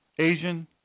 Asian